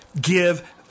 give